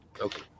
Okay